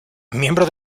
miembro